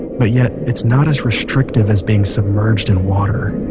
but yet it's not as restrictive as being submerged in water